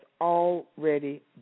already